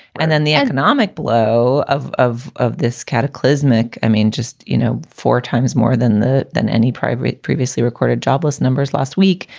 and then the economic blow of of of this cataclysmic i mean, just, you know, four times more than that than any private previously recorded jobless numbers last week.